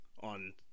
on